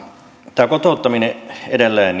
tämä kotouttaminen edelleen